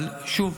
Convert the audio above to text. אבל שוב,